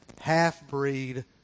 half-breed